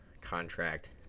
contract